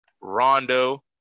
Rondo